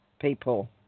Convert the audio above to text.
people